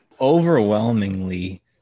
Overwhelmingly